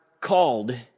called